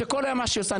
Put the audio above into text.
שכול היום מה שהיא עושה,